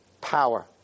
power